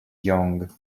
young